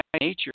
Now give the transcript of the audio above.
nature